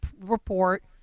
report